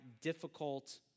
difficult